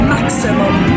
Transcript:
Maximum